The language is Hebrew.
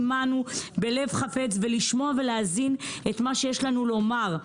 עמנו בלב חפץ ולשמוע ולהאזין למה שיש לנו לומר.